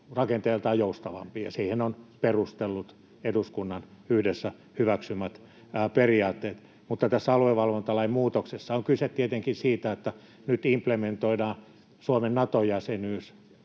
rakenteeltaan joustavampi, ja siihen on perustellut, eduskunnan yhdessä hyväksymät periaatteet, mutta tässä aluevalvontalain muutoksessa on kyse tietenkin siitä, että nyt implementoidaan Suomen Nato-jäsenyys